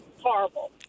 horrible